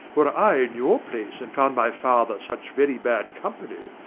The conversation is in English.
were i in your place, and found my father such very bad company,